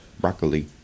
broccoli